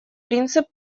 принцип